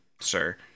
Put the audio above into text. sir